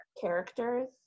characters